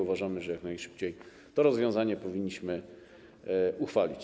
Uważamy, że jak najszybciej to rozwiązanie powinniśmy uchwalić.